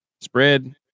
Spread